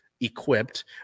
equipped